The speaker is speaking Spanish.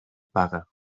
paga